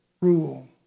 rule